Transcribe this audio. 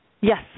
Yes